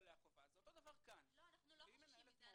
עליה חובה אז אותו דבר כאן --- אנחנו לא חוששים מזה.